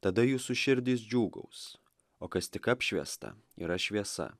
tada jūsų širdys džiūgaus o kas tik apšviesta yra šviesa